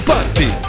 Party